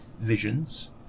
visions